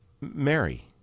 Mary